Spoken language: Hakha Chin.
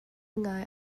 ngai